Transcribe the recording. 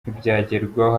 ntibyagerwaho